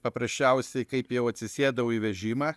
paprasčiausiai kaip jau atsisėdau į vežimą